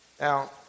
now